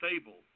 stable